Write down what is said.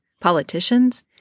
politicians